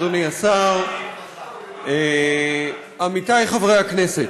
אדוני השר, עמיתי חברי הכנסת,